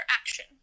action